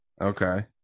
Okay